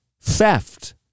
theft